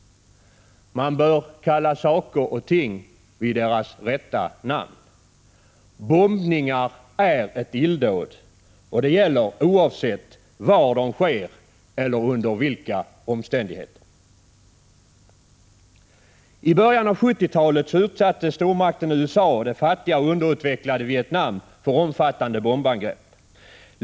Man bör kalla saker och ting vid deras rätta namn. Bombningar är ett illdåd — och det gäller oavsett var eller under vilka omständigheter de sker. I början av 1970-talet utsatte stormakten USA det fattiga och underutvecklade Vietnam för omfattande bombangrepp.